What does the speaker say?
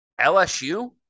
LSU